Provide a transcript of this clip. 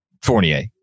Fournier